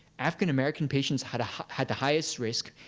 african american patients had had the highest risk,